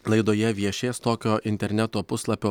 laidoje viešės tokio interneto puslapio